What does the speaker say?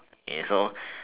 okay so